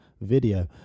video